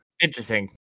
Interesting